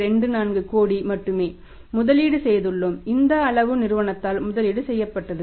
24 கோடி மட்டுமே முதலீடு செய்துள்ளோம் இந்த அளவு நிறுவனத்தால் முதலீடு செய்யப்பட்டது